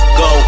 go